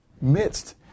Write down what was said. midst